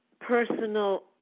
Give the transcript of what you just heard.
personal